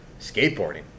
skateboarding